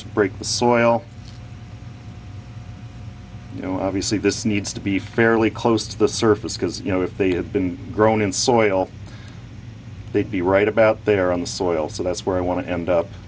to break the soil you know obviously this needs to be fairly close to the surface because you know if they had been grown in soil they'd be right about there on the soil so that's where i want to end up